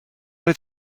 oedd